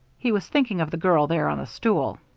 he was thinking of the girl there on the stool.